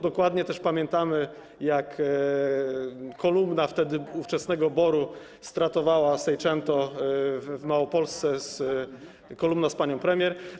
Dokładnie też pamiętamy, jak kolumna - wtedy ówczesnego BOR-u - stratowała seicento w Małopolsce, kolumna z panią premier.